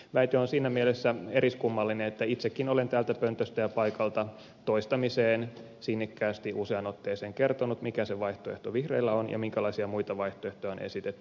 väite on siinä mielessä eriskummallinen että itsekin olen täältä pöntöstä ja paikalta toistamiseen sinnikkäästi useaan otteeseen kertonut mikä se vaihtoehto vihreillä on ja minkälaisia muita vaihtoehtoja on esitetty